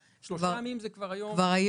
שלושה ימים זה כבר היום.